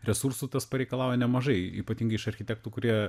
resursų tas pareikalauja nemažai ypatingai iš architektų kurie